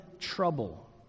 trouble